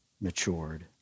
matured